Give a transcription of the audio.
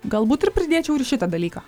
galbūt ir pridėčiau ir šitą dalyką